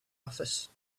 office